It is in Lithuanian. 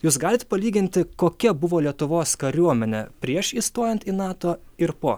jūs galit palyginti kokia buvo lietuvos kariuomenė prieš įstojant į nato ir po